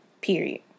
period